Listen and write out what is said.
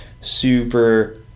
super